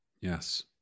Yes